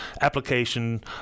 application